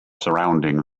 surrounding